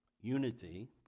unity